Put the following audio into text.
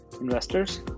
Investors